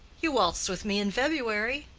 you waltzed with me in february.